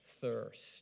thirst